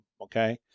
okay